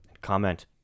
Comment